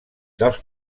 dels